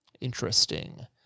Interesting